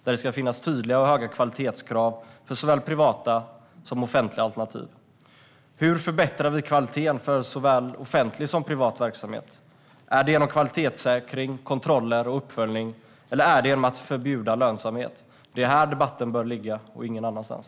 Det ska finnas tydliga och höga kvalitetskrav för såväl privata som offentliga alternativ. Hur förbättrar vi kvaliteten för såväl offentlig som privat verksamhet? Är det genom kvalitetssäkring, kontroller och uppföljning, eller är det genom att förbjuda lönsamhet? Det är här debatten bör ligga och ingen annanstans.